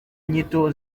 nyito